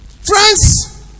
Friends